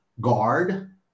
guard